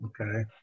okay